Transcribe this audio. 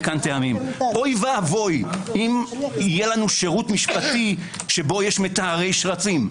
אוי ואבוי אם יהיה לנו שירות משפטי שבו יהיו לנו מטהרי שרצים.